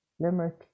Limerick